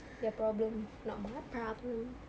their problem not my problem